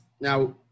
now